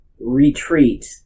retreat